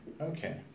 Okay